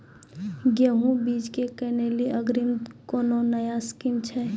गेहूँ बीज की किनैली अग्रिम कोनो नया स्कीम छ?